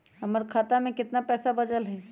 हमर खाता में केतना पैसा बचल हई?